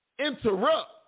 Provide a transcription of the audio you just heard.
interrupt